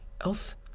Else